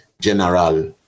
General